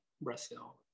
Brazil